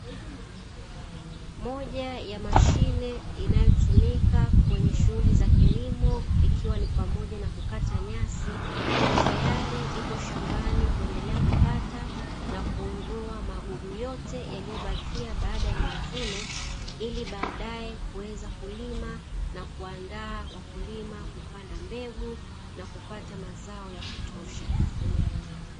Moja ya mashine inayotumika kwenye shughuli za kilimo, ikiwa ni pamoja na kukata nyasi, tayari ipo shambani kuendelea kukata na kuondoa magugu yote yaliyobakia baada ya mavuno ili baadaye kuweza kulima na kuandaa wakulima kupanda mbegu na kupata mazao ya kutosha.